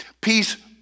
Peace